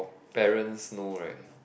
parents know right